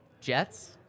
Jets